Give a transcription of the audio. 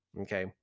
okay